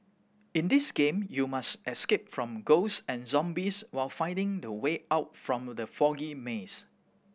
in this game you must escape from ghost and zombies while finding the way out from the foggy maze